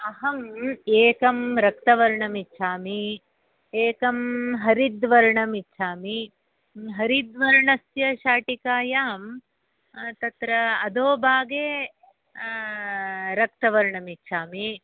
अहम् एकं रक्तवर्णम् इच्छामि एकं हरिद्वर्णम् इच्छामि हरिद्वर्णस्य शाटिकायां तत्र अधोभागे रक्तवर्णमि इच्छामि